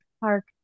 park